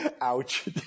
Ouch